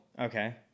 Okay